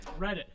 Reddit